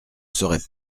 serait